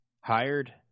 Hired